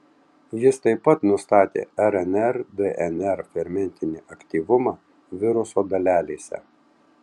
jis taip pat nustatė rnr dnr fermentinį aktyvumą viruso dalelėse